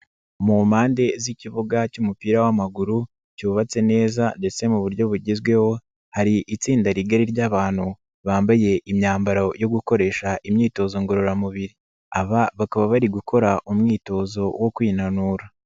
Mu mpande z'ikibuga cy'umupira w'amaguru, cyubatse neza ndetse mu buryo bugezweho, hari itsinda rigari ry'abantu, bambaye imyambaro yo gukoresha imyitozo ngororamubiri. Aba bakaba bari gukora umwitozo wo kwinanura.